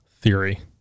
theory